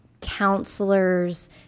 counselors